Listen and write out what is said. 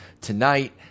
tonight